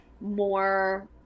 more